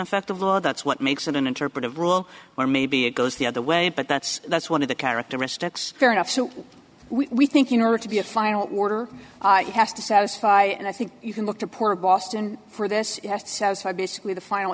effect of law that's what makes it an interpretive rule or maybe it goes the other way but that's that's one of the characteristics fair enough so we think in order to be a final order it has to satisfy and i think you can look to poor boston for this basically the final